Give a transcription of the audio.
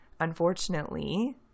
unfortunately